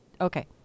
okay